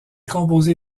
composé